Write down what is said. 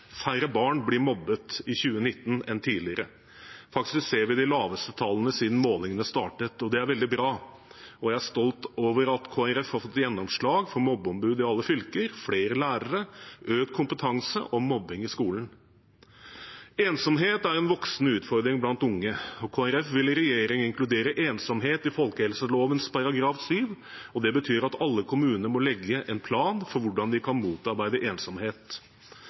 Færre barn ble mobbet i 2019 enn tidligere. Vi ser faktisk de laveste tallene siden målingene startet, og det er veldig bra. Jeg er stolt over at Kristelig Folkeparti har fått gjennomslag for mobbeombud i alle fylker, flere lærere, økt kompetanse om mobbing i skolen. Ensomhet er en voksende utfordring blant unge, og Kristelig Folkeparti vil i regjering inkludere ensomhet i folkehelseloven § 7. Det betyr at alle kommuner må legge en plan for hvordan de kan motarbeide ensomhet.